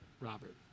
Robert